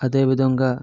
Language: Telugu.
అదే విధంగా